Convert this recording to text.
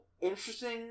interesting